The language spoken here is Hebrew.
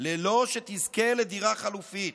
ללא שתזכה לדירה חלופית.